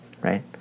right